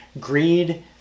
Greed